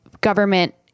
government